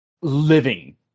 living